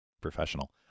professional